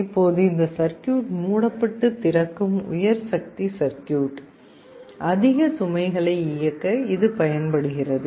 இப்போது இந்த சர்க்யூட் மூடப்பட்டு திறக்கும் உயர் சக்தி சர்க்யூட் இது அதிக சுமைகளை இயக்க பயன்படுகிறது